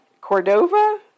Cordova